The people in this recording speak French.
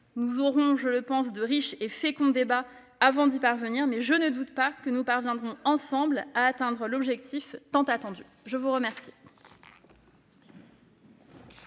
Nous aurons de riches et féconds débats avant d'y parvenir, mais je ne doute pas que nous parviendrons ensemble à atteindre l'objectif attendu. La parole